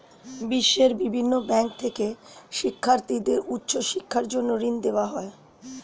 বিশ্বের বিভিন্ন ব্যাংক থেকে শিক্ষার্থীদের উচ্চ শিক্ষার জন্য ঋণ দেওয়া হয়